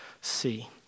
see